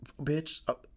bitch